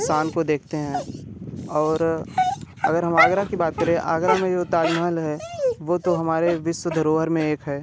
शान काे देखते हैं और अगर हम आगरा की बात करें आगरा में जो ताज महल है वो तो हमारे विश्व धरोहर में एक है